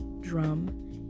drum